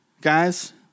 Guys